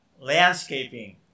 landscaping